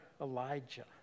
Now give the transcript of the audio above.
Elijah